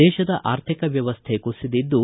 ದೇಶದ ಆರ್ಥಿಕ ವ್ಯವಸ್ಥೆ ಕುಸಿದಿದ್ದು